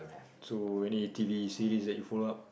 so any t_v series that you follow up